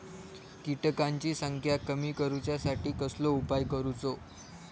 किटकांची संख्या कमी करुच्यासाठी कसलो उपाय करूचो?